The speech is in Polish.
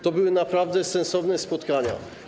To były naprawdę sensowne spotkania.